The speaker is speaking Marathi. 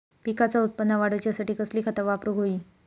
पिकाचा उत्पन वाढवूच्यासाठी कसली खता वापरूक होई?